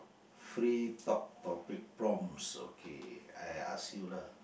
free talk topic prompts okay I ask you lah